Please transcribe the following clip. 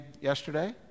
yesterday